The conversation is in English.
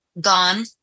gone